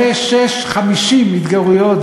סגן השר אבי וורצמן.